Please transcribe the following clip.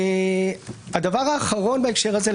הדבר האחרון בהקשר הזה,